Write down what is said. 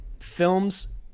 Films